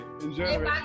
Enjoy